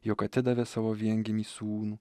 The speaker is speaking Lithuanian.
jog atidavė savo viengimį sūnų